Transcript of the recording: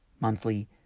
monthly